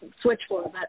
switchboard